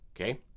Okay